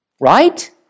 Right